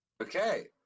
Okay